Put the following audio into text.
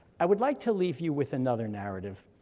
i would like to leave you with another narrative,